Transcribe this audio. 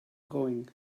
going